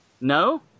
No